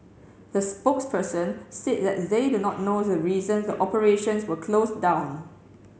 the spokesperson said that they do not know the reason the operations were closed down